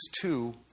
two